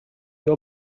you